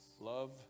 Love